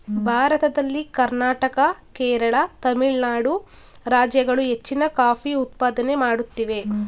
ಭಾರತದಲ್ಲಿ ಕರ್ನಾಟಕ, ಕೇರಳ, ತಮಿಳುನಾಡು ರಾಜ್ಯಗಳು ಹೆಚ್ಚಿನ ಕಾಫಿ ಉತ್ಪಾದನೆ ಮಾಡುತ್ತಿವೆ